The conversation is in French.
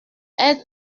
elle